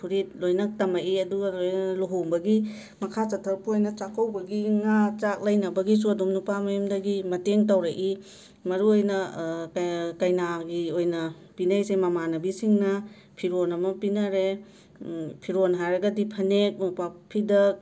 ꯐꯨꯔꯤꯠ ꯂꯣꯏꯅ ꯇꯝꯃꯛꯏ ꯑꯗꯨꯒ ꯂꯣꯏꯅꯅ ꯂꯨꯍꯣꯡꯕꯒꯤ ꯃꯈꯥ ꯆꯠꯊꯔꯛꯄ ꯑꯣꯏꯅ ꯆꯥꯛꯀꯧꯕꯒꯤ ꯉꯥ ꯆꯥꯛ ꯂꯩꯅꯕꯒꯤꯁꯨ ꯑꯗꯨꯝ ꯅꯨꯄꯥ ꯃꯌꯨꯝꯗꯒꯤ ꯃꯇꯦꯡ ꯇꯧꯔꯛꯏ ꯃꯔꯨ ꯑꯣꯏꯅ ꯄꯦ ꯀꯩꯅꯥꯒꯤ ꯑꯣꯏꯅ ꯄꯤꯅꯔꯤꯁꯦ ꯃꯥꯃꯥꯅꯕꯤꯁꯤꯡꯅ ꯐꯤꯔꯣꯜ ꯑꯃ ꯄꯤꯅꯔꯦ ꯐꯤꯔꯣꯜ ꯍꯥꯏꯔꯒꯗꯤ ꯐꯅꯦꯛ ꯃꯣꯝꯄꯥꯛꯐꯤꯗꯛ